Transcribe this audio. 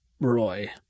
Roy